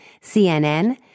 CNN